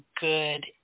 good